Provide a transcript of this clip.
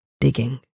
digging